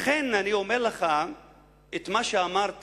לכן אני אומר לך את מה שאמרת,